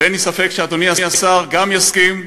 ואין לי ספק שאדוני השר גם יסכים,